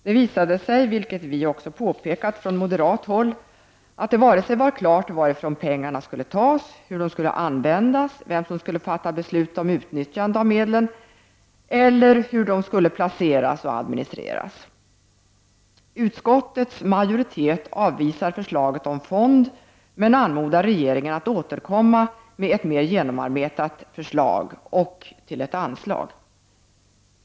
Det visade sig, vilket vi även påpekade från moderat håll, att det varken var klart varifrån pengarna skulle tas, hur de skulle användas, vem som skulle fatta beslut om utnyttjandet av medlen eller hur de skulle placeras och administreras. Utskottets majoritet avvisar förslaget om en fond men anmodar regeringen att återkomma med ett mer genomarbetat förslag och ett anslag. Herr talman!